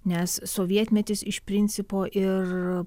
nes sovietmetis iš principo ir